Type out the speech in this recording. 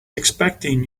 expecting